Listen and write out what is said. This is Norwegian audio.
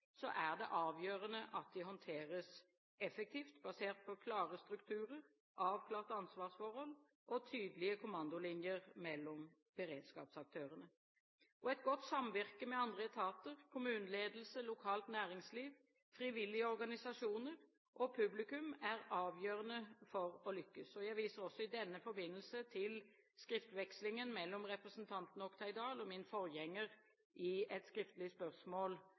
er det avgjørende at de håndteres effektivt, basert på klare strukturer, avklarte ansvarsforhold og tydelige kommandolinjer mellom beredskapsaktørene. Et godt samvirke med andre etater, kommuneledelse, lokalt næringsliv, frivillige organisasjoner og publikum er avgjørende for å lykkes. Jeg viser også i denne forbindelse til skriftvekslingen mellom representanten Oktay Dahl og min forgjenger i et skriftlig spørsmål,